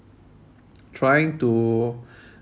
trying to